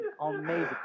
amazing